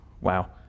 Wow